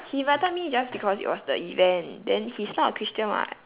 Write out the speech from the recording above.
he invited me just because it was the event then he's not a christian [what]